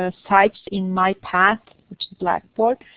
ah type in my path, which is blackboard.